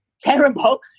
terrible